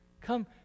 come